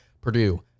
Purdue